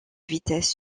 vitesse